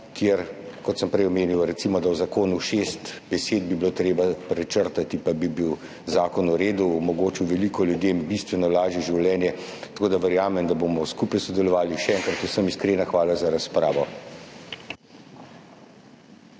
kjer, kot sem prej omenil, je recimo v zakonu šest besed, ki bi jih bilo treba prečrtati, pa bi bil zakon v redu, omogočil veliko ljudem bistveno lažje življenje. Verjamem, da bomo skupaj sodelovali. Še enkrat vsem iskrena hvala za razpravo.